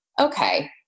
okay